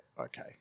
okay